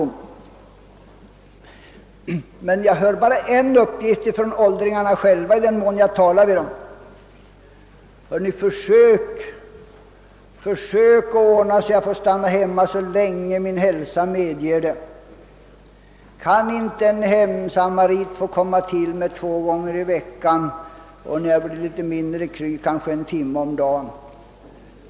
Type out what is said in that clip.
Men jag hör bara en uppgift från åldringarna själva när jag talar med dem: Försök ordna så att jag får stanna hemma så länge min hälsa medger det; kan inte en hemsamarit få komma till mig två gånger i veckan och, när jag blir litet mindre pigg, kanske en timme om dagen.